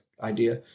idea